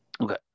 Okay